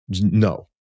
no